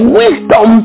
wisdom